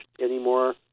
anymore